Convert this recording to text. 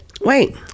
Wait